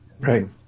right